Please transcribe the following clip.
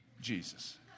Jesus